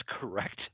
correct